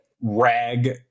RAG